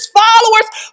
followers